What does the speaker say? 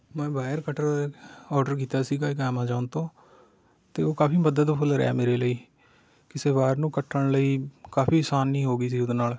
ਮੈਂ wire cutter order ਕੀਤਾ ਸੀਗਾ ਇੱਕ ਐਮਾਜ਼ੋਨ ਤੋਂ ਅਤੇ ਉਹ ਕਾਫੀ ਮਦਦਫੁੱਲ ਰਿਹਾ ਮੇਰੇ ਲਈ ਕਿਸੇ ਵਾਇਰ ਨੂੰ ਕੱਟਣ ਲਈ ਕਾਫੀ ਅਸਾਨੀ ਹੋ ਗਈ ਸੀ ਉਹਦੇ ਨਾਲ